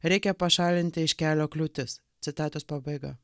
reikia pašalinti iš kelio kliūtis citatos pabaiga